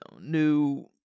new